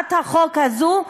בהצעת החוק הזאת,